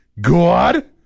God